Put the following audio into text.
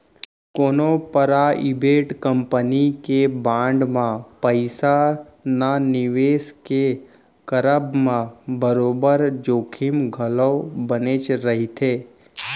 कोनो private company के bond म पइसा न निवेस के करब म बरोबर जोखिम घलौ बनेच रहिथे